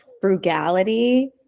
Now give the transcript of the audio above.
frugality